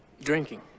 Drinking